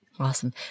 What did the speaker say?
Awesome